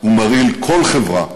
ומרעיל כל חברה,